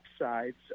upsides